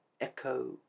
echo